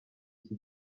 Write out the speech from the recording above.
iki